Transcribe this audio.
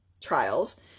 trials